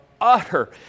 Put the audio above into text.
utter